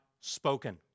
spoken